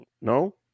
No